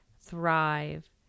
thrive